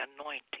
anointing